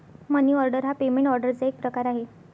मनी order हा payment ऑर्डरचा एक प्रकार आहे